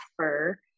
offer